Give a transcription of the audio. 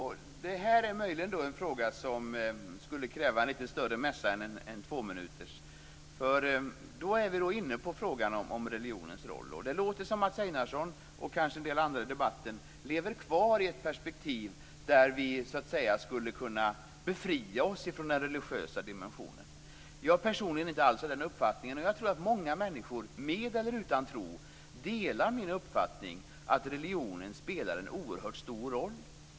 Fru talman! Det är möjligen en fråga som skulle kräva en lite längre mässa än en tvåminutersreplik, för då är vi inne på frågan om religionens roll. Det låter som att Mats Einarsson - och kanske en del andra i debatten - lever kvar i ett perspektiv där vi så att säga skulle kunna befria oss från den religiösa dimensionen. Jag är personligen inte av den uppfattningen. Jag tror att många människor med eller utan tro delar min uppfattning, att religionen spelar en oerhört stor roll.